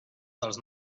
dels